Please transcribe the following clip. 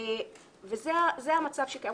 וזה המצב שקיים.